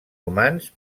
humans